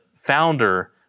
founder